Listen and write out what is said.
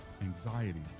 anxiety